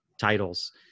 titles